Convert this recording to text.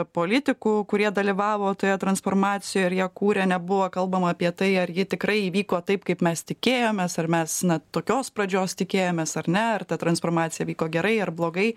politikų kurie dalyvavo toje transformacijoj ir ją kūrė nebuvo kalbama apie tai ar ji tikrai įvyko taip kaip mes tikėjomės ar mes na tokios pradžios tikėjomės ar ne ar ta transformacija vyko gerai ar blogai